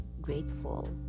grateful